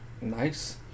Nice